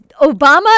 Obama